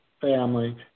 family